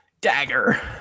Dagger